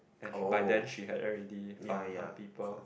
and sh~ by then she had already found her people